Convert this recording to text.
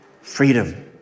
freedom